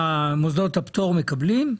מוסדות הפטור מקבלים?